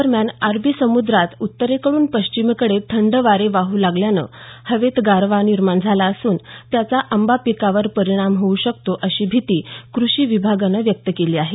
दरम्यान अरबी समुद्रात उत्तरेकड्रन पश्चिमेकडे थंड वारे वाह लागल्यानं हवेत गारवा निर्माण झाला असून त्याचा आंबा पिकावर परिणाम होऊ शकतो अशी भीती क्रषी विभागानं व्यक्त केली आहे